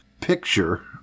picture